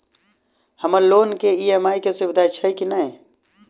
हम्मर लोन केँ ई.एम.आई केँ सुविधा छैय की नै?